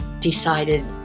decided